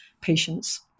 patients